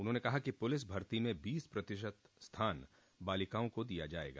उन्होंने कहा कि पुलिस भर्ती में बीस प्रतिशत स्थान बालिकाओं को दिया जायेगा